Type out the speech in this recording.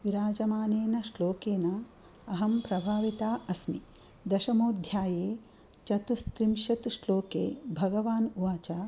विराजमानेन श्लोकेन अहं प्रभाविता अस्मि दशमोध्याये चतुस्त्रिंशत् श्लोके भगवान् उवाच